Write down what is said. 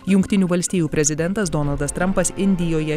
jungtinių valstijų prezidentas donaldas trampas indijoje